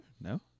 No